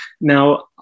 Now